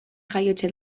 jaiotze